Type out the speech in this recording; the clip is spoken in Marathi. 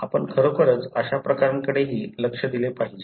आपण खरोखरच अशा प्रकरणांकडेही लक्ष दिले पाहिजे